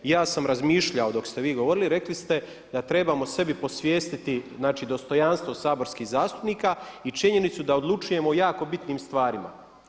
Ja sam razmišljao dok ste vi govorili, rekli ste da trebamo sebi posvijestiti znači dostojanstvo saborskih zastupnika i činjenicu da odlučujemo o jako bitnim stvarima.